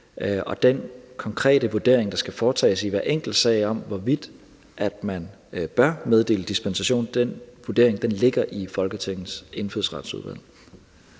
Den konkrete vurdering, der skal foretages i hver enkelt sag, om, hvorvidt man bør meddele dispensation, ligger i Folketingets Indfødsretsudvalg.